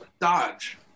dodge